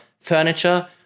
furniture